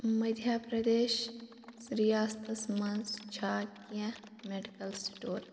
مٔدھیہ پرٛدیش رِیاستس مَنٛز چھا کیٚنٛہہ میڈیکل سِٹور